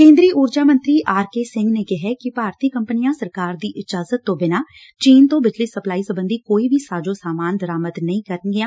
ਕੇਦਰੀ ਉਰਜਾ ਮੰਤਰੀ ਆਰ ਕੇ ਸਿੰਘ ਨੇ ਕਿਹੈ ਕਿ ਭਾਰਤ ਸਰਕਾਰ ਦੀ ਇਜਾਜ਼ਤ ਤੋ ਬਿਨਾਂ ਚੀਨ ਤੋ ਬਿਜਲੀ ਸਪਲਾਈ ਸਬੰਧੀ ਕੋਈ ਵੀ ਸਾਜੋ ਸਾਮਾਨ ਦਰਾਮਦ ਨਹੀ ਹੋਵੇਗਾ